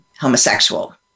homosexual